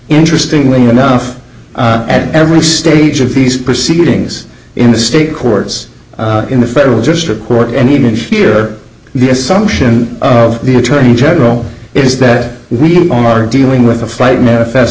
interesting enough at every stage of these proceedings in the state courts in the federal district court and even shearer the assumption of the attorney general is that we are dealing with a flight manifest